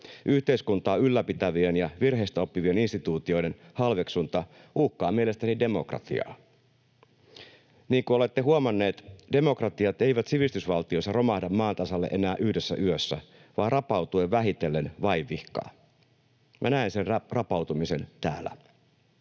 Yhteiskuntaa ylläpitävien ja virheistä oppivien instituutioiden halveksunta uhkaa mielestäni demokratiaa. Niin kuin olette huomanneet, demokratiat eivät sivistysvaltiossa romahda maan tasalle enää yhdessä yössä vaan rapautuen vähitellen vaivihkaa. Minä näen sen rapautumisen täällä.